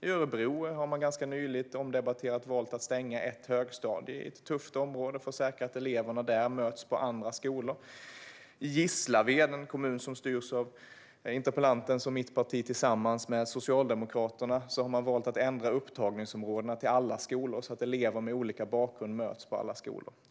I Örebro har man ganska nyligen gjort det omdebatterade valet att stänga en högstadieskola i ett tufft område för att säkerställa att eleverna där möts på andra skolor. I Gislaved - en kommun som styrs av interpellantens parti och mitt parti tillsammans med Socialdemokraterna - har man valt att ändra upptagningsområdena till alla skolor så att elever med olika bakgrund möts på alla skolor.